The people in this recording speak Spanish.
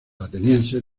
atenienses